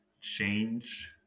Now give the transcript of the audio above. change